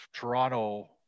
Toronto